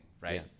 right